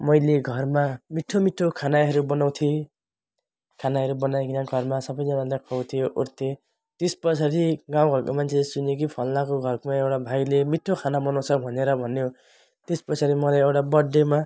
मैले घरमा मिठो मिठो खानाहरू बनाउँथेँ खानाहरू बनाइकन घरमा सबैजनालाई खुवाउँथेँओर्थेँ त्यसपछाडि गाउँघरको मान्छेले सुन्यो कि फलानाको घरमा एउटा भाइले मिठो खाना बनाउँछ भनेर भन्यो त्यसपछाडि मलाई एउटा बर्थडेमा